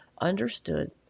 understood